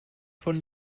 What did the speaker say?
von